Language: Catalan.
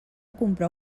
comprar